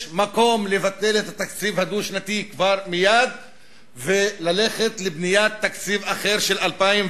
יש מקום לבטל את התקציב הדו-שנתי מייד וללכת לבניית תקציב אחר של 2012,